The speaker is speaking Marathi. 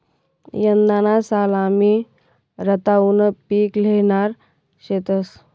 यंदाना साल आमी रताउनं पिक ल्हेणार शेतंस